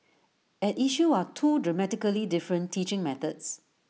at issue are two dramatically different teaching methods